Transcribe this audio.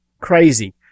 crazy